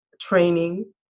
training